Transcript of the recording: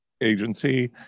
agency